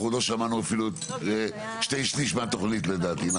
אנחנו עוד לא שמענו אפילו שני שליש מהתוכנית לדעתי.